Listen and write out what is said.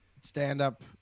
stand-up